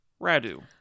Radu